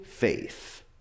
faith